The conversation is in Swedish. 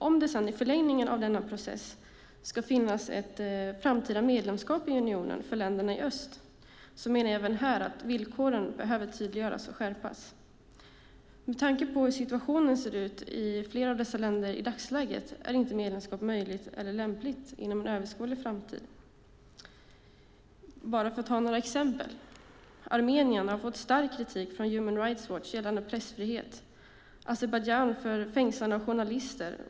Om det sedan i förlängningen av denna process ska finnas ett framtida medlemskap i unionen för länderna i öst menar vi att villkoren även här behöver tydliggöras och skärpas. Med tanke på situationen i dagsläget i flera av dessa länder är ett medlemskap inte möjligt eller lämpligt inom en överskådlig framtid. För att ta några exempel: Armenien har fått stark kritik från Human Rights Watch gällande pressfrihet och Azerbajdzjan för fängslande av journalister.